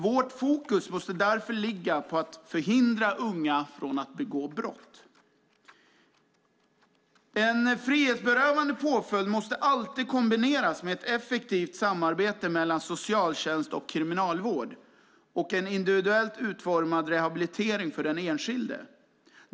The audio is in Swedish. Vårt fokus måste därför ligga på att förhindra unga från att begå brott. En frihetsberövande påföljd måste alltid kombineras med ett effektivt samarbete mellan socialtjänst och kriminalvård samt en individuellt utformad rehabilitering för den enskilde.